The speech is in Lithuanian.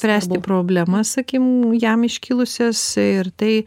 spręsti problemas sakykim jam iškilusias ir tai